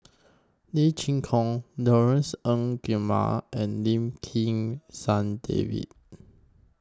Lee Chin Koon Laurence Nunns Guillemard and Lim Kim San David